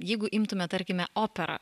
jeigu imtume tarkime operą